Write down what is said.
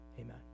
Amen